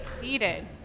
seated